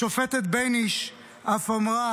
השופטת בייניש אף אמרה